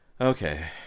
Okay